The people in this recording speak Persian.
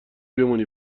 بمونی